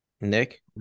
Nick